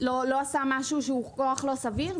עשה משהו שהוא כוח לא סביר,